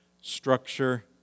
structure